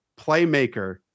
playmaker